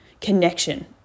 connection